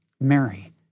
Mary